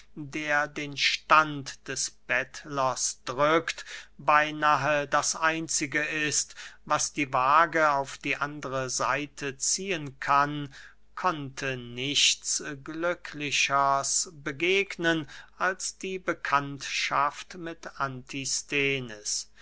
der den stand des bettlers drückt beynahe das einzige ist was die wage auf die andere seite ziehen kann konnte nichts glücklicheres begegnen als die bekanntschaft mit